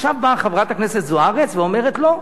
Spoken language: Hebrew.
עכשיו באה חברת הכנסת זוארץ ואומרת: לא,